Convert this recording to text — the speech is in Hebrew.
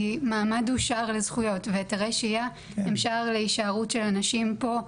כי מעמד הוא שער לזכויות והיתרי שהייה הם שער להישארות של הנשים פה,